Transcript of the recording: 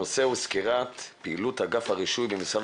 הנושא הוא סקירת פעילות אגף הרישוי במשרד